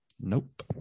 Nope